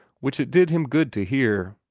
which it did him good to hear.